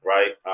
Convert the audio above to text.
Right